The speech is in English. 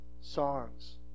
songs